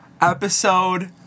episode